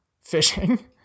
fishing